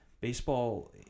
baseball